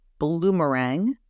Bloomerang